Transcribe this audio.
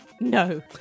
No